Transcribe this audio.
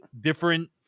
different